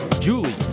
Julie